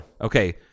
okay